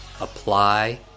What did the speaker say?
apply